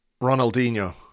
Ronaldinho